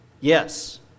Yes